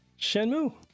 shenmue